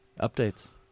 updates